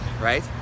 right